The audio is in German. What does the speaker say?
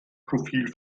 profil